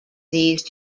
these